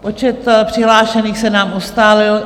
Počet přihlášených se nám ustálil.